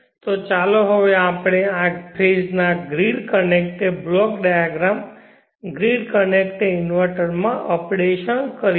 તો ચાલો હવે grid connected block diagram grid connected ઇન્વર્ટરના આ તબક્કામાં અપડેટ કરીએ